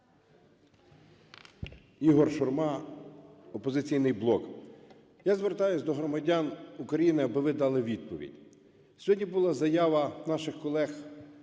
Ігор Шурма, "Опозиційний блок". Я звертаюсь до громадян України, аби ви дали відповідь. Сьогодні була заява наших колег